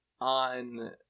on